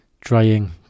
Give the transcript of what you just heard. drying